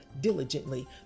diligently